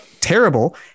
terrible